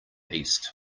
east